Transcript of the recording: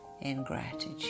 ingratitude